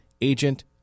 agent